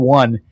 one